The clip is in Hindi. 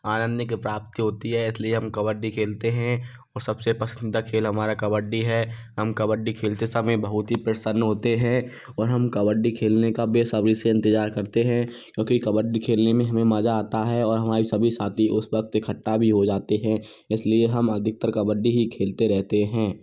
आनंद की प्राप्ति होती है इसलिए हम कबड्डी खेलते हैं और सबसे पसंदीदा खेल हमारा कबड्डी है हम कबड्डी खेलते समय बहुत ही प्रसन्न होते हैं और हम कबड्डी खेलने का बेसबरी से इंतजार करते हैं क्योंकि कबड्डी खेलने में हमें मजा आता है और हमारे सभी साथी उस वक्त इकट्ठा भी हो जाते हैं इसलिए हम अधिकतर कबड्डी ही खेलते रहते हैं